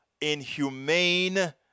inhumane